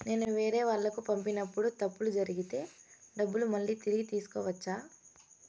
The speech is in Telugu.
నేను వేరేవాళ్లకు పంపినప్పుడు తప్పులు జరిగితే డబ్బులు మళ్ళీ తిరిగి తీసుకోవచ్చా?